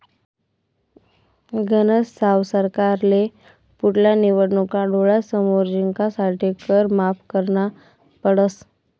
गनज साव सरकारले पुढल्या निवडणूका डोळ्यासमोर जिंकासाठे कर माफ करना पडस